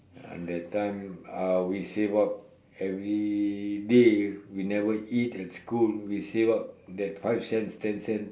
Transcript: ya that time uh we save up everyday we never eat at school we save up that five cents ten cents